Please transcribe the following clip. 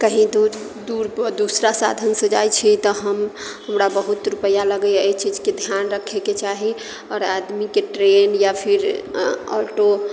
कहीँ दूर दूर दोसरा साधनसँ जाइत छियै तऽ हम हमरा बहुत रुपैआ लगैए एहि चीजके ध्यान रखयके चाही आओर आदमीकेँ ट्रेन या फिर ऑटो